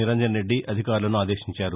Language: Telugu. నిరంజన్రెడ్డి అధికారులను ఆదేశించారు